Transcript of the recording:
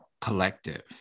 collective